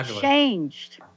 changed